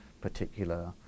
particular